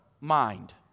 mind